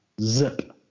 zip